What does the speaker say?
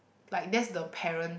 like that's the parent